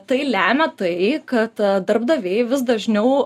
tai lemia tai kad darbdaviai vis dažniau